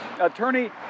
Attorney